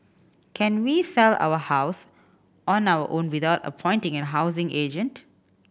can we sell our house on our own without appointing a housing agent